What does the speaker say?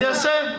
אני אעשה.